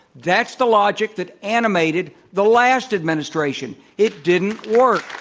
that's the logic that animated the last administration. it didn't work.